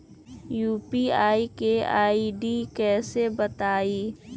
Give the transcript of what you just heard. UPI के ID कैसे बनतई?